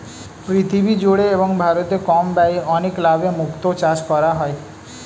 পৃথিবী জুড়ে এবং ভারতে কম ব্যয়ে অনেক লাভে মুক্তো চাষ করা হয়